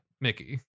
Mickey